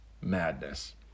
madness